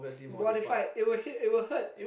modified it will hit it will hurt